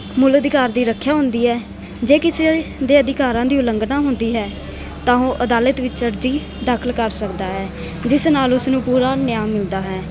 ਮੂਲ ਅਧਿਕਾਰ ਦੀ ਰੱਖਿਆ ਹੁੰਦੀ ਹੈ ਜੇ ਕਿਸੇ ਦੇ ਅਧਿਕਾਰਾਂ ਦੀ ਉਲੰਘਣਾ ਹੁੰਦੀ ਹੈ ਤਾਂ ਉਹ ਅਦਾਲਤ ਵਿੱਚ ਅਰਜ਼ੀ ਦਾਖਲ ਕਰ ਸਕਦਾ ਹੈ ਜਿਸ ਨਾਲ ਉਸ ਨੂੰ ਪੂਰਾ ਨਿਆਂ ਮਿਲਦਾ ਹੈ